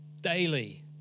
Daily